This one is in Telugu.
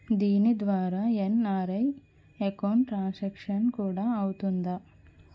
దీని ద్వారా ఎన్.ఆర్.ఐ అకౌంట్ ట్రాన్సాంక్షన్ కూడా అవుతుందా?